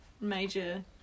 major